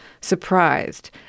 surprised